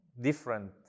different